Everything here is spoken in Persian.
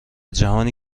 جهانی